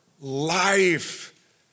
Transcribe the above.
life